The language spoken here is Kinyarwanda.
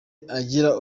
agira